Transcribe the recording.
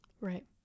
Right